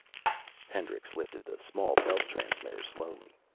hendricks lifted the small belt transmitter slowly.